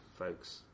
folks